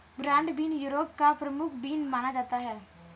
broad bean Europe का प्रमुख bean माना जाता है